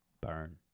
Burn